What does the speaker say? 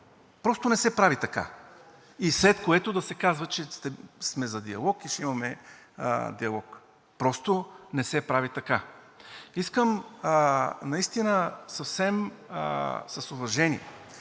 Просто не се прави така! И след което да се казва, че сме за диалог и ще имаме диалог. Просто не се прави така! Искам наистина съвсем с уважение